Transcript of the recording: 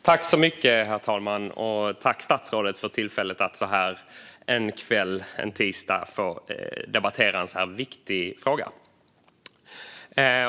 Herr talman! Jag tackar statsrådet för tillfället att, så här en tisdagskväll, debattera en så viktig fråga.